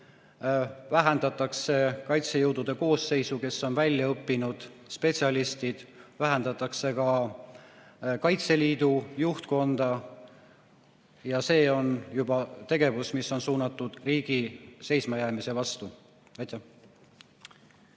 vähendatakse kaitsejõudude koosseisu, kuigi seal on väljaõppinud spetsialistid, ja vähendatakse ka Kaitseliidu juhtkonda. See on aga juba tegevus, mis on suunatud riigi seismajäämise vastu.